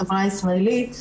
בחברה הישראלית,